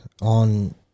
on